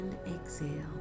Exhale